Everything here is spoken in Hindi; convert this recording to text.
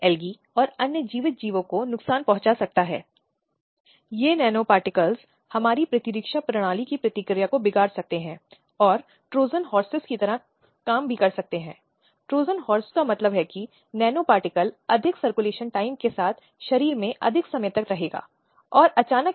इसलिए वे ऐसे सभी मामलों में हस्तक्षेप कर सकते हैं वे वैधानिक निकाय हैं और ऐसे सभी मामलों में हस्तक्षेप कर सकते हैं और उचित कार्य कर सकते हैं जो कुछ भी उस उद्देश्य के लिए आवश्यक हो सकता है